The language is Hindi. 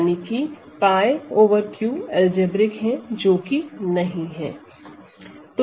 यानी कि 𝝅 ओवर Q अलजेब्रिक है जो कि नहीं है